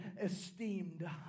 esteemed